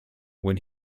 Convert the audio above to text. when